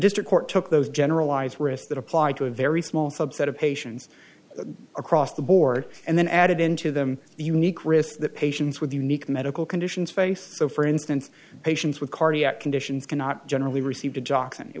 district court took those generalized risks that applied to a very small subset of patients across the board and then added into them the unique risk that patients with unique medical conditions face so for instance patients with cardiac conditions cannot generally receive to jock's and it